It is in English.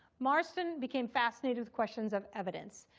marston became fascinated with questions of evidence.